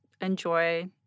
enjoy